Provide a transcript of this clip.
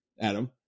Adam